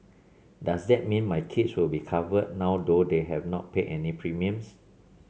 does that mean my kids will be covered now though they have not paid any premiums